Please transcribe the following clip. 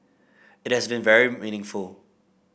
it has been very meaningful